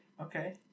Okay